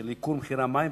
של ייקור המים,